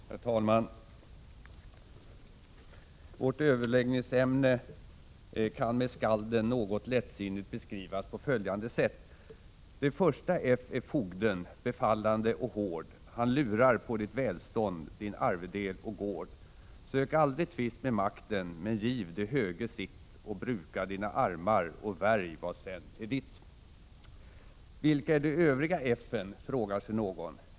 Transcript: Herr talman! Vårt överläggningsämne kan med skaldens ord — något lättsinnigt — beskrivas på följande sätt: ”Det första F är Fogden, befallande och hård; han lurar på ditt välstånd, din arvedel och gård. Sök aldrig tvist med makten, men giv de höge sitt, och bruka dina armar och värj vad se”n är ditt!” ”Vilka är de övriga F:en?” frågar sig någon.